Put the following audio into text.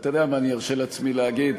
אתה יודע מה, אני ארשה לעצמי להגיד: